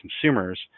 consumers